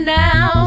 now